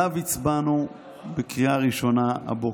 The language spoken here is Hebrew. ועליו הצבענו בקריאה ראשונה הבוקר.